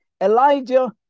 Elijah